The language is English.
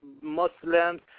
Muslims